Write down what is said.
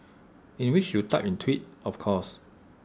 in which you typed in twit of course